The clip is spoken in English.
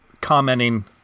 commenting